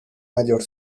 mayor